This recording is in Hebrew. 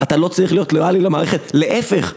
אתה לא צריך להיות לואלי למערכת, להפך!